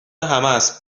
همست